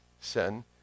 sin